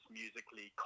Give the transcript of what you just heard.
musically